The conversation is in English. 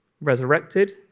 resurrected